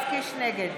נגד